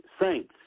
saints